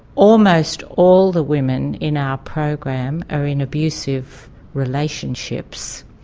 almost all the women in our program are in abusive relationships.